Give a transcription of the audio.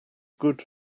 good